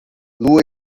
lua